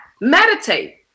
meditate